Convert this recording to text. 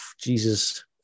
Jesus